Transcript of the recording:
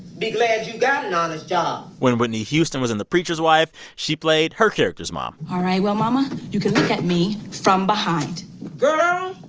be glad you have an honest job when whitney houston was in the preacher's wife, she played her character's mom all right, well, mama, you can look at me from behind girl,